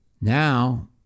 Now